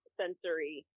sensory